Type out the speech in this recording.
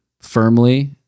firmly